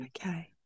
Okay